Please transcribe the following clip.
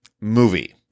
movie